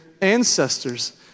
ancestors